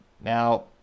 now